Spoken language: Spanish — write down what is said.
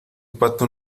pato